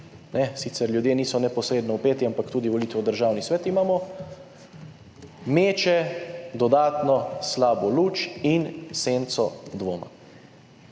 sicer ljudje niso neposredno vpeti, ampak tudi volitve v Državni svet imamo – vse to meče dodatno slabo luč in senco dvoma.